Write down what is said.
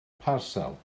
parsel